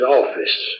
office